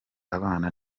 abana